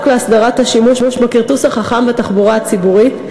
להסדרת השימוש בכרטוס החכם בתחבורה הציבורית,